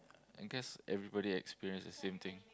I guess everybody experience the same thing